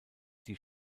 die